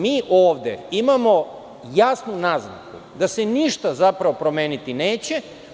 Mi ovde imamo jasnu naznaku da se ništa zapravo promeniti neće.